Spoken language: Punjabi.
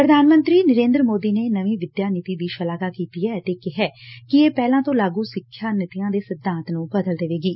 ਪ੍ਰਧਾਨ ਮੰਤਰੀ ਨਰੇਦਰ ਮੋਦੀ ਨੇ ਨਵੀ ਵਿਦਿਆ ਨੀਤੀ ਦੀ ਸ਼ਲਾਘਾ ਕੀਤੀ ਐ ਅਤੇ ਕਿਹੈ ਕਿ ਇਹ ਪਹਿਲਾਂ ਤੋ ਲਾਗੁ ਸਿੱਖਿਆ ਨੀਤੀਆਂ ਦੇ ਸਿਧਾਂਤ ਨੂੰ ਬਦਲ ਦਵੇਗੀ